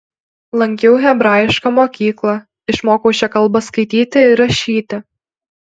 lankiau hebrajišką mokyklą išmokau šia kalba skaityti ir rašyti